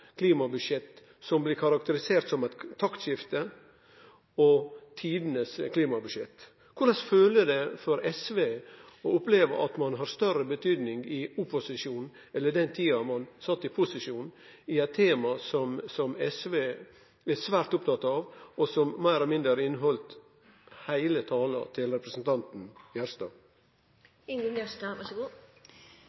klimabudsjett som blir karakterisert som eit taktskifte og tidenes klimabudsjett. Korleis føler SV det når ein opplever at ein har større betydning i opposisjon enn då ein sat i posisjon, i eit tema som SV er svært opptatt av, og som var tema i meir eller mindre heile tala til representanten Gjerstad?